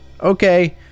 okay